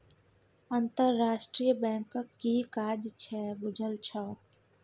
अंतरराष्ट्रीय बैंकक कि काज छै बुझल छौ?